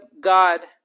God